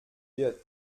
wird